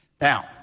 Now